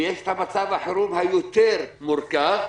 ויש את מצב החירום היותר מורכב,